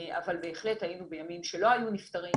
בהחלט היינו בימים שלא היו נפטרים,